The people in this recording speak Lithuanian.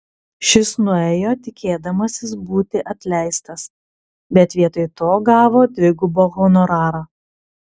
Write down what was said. šis nuėjo tikėdamasis būti atleistas bet vietoj to gavo dvigubą honorarą